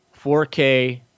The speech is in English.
4K